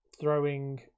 throwing